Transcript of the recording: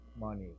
money